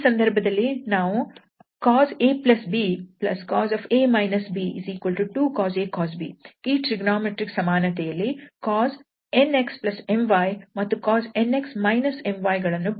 ಈ ಸಂದರ್ಭದಲ್ಲಿ ನಾವು cosabcos2cos a cos b ಈ ಟ್ರಿಗೊನೋಮೆಟ್ರಿಕ್ ಸಮಾನತೆ ಯಲ್ಲಿ cos𝑛𝑥 𝑚𝑦 ಮತ್ತು cos𝑛𝑥 − 𝑚𝑦 ಗಳನ್ನು ಬಳಸುತ್ತೇವೆ